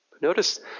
Notice